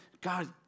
God